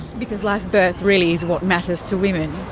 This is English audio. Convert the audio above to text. because live birth really is what matters to women.